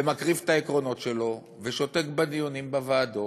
ומקריב את העקרונות שלו, ושותק בדיונים בוועדות.